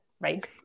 right